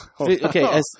okay